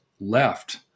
left